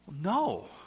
No